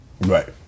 Right